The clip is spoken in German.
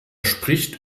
spricht